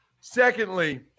Secondly